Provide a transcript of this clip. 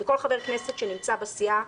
לכל חבר כנסת שנמצא בסיעה.